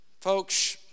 Folks